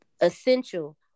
essential